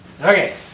Okay